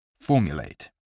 Formulate